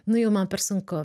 nu jau man per sunku